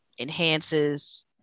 enhances